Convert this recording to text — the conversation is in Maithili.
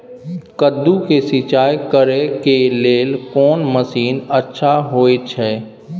कद्दू के सिंचाई करे के लेल कोन मसीन अच्छा होय छै?